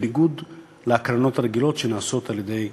בניגוד להקרנות הרגילות שנעשות על-ידי פוטונים.